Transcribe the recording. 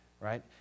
right